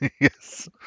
Yes